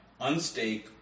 unstake